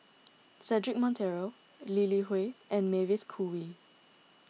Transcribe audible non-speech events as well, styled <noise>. <noise> Cedric Monteiro Lee Li Hui and Mavis Khoo Oei